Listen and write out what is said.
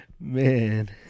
Man